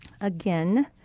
again